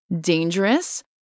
dangerous